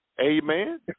amen